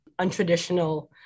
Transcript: untraditional